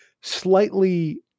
slightly